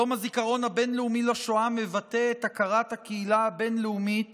יום הזיכרון הבין-לאומי לשואה מבטא את הכרת הקהילה הבין-לאומית